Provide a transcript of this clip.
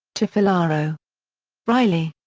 tufillaro reilly.